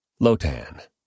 Lotan